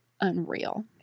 unreal